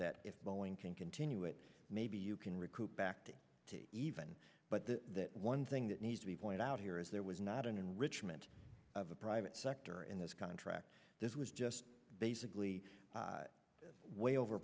that if boeing can continue it maybe you can recoup back to even but the one thing that needs to be pointed out here is there was not an enrichment of the private sector in this contract this was just basically way over